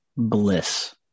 bliss